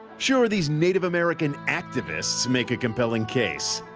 sure these native american activists make a compelling case.